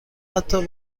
حتی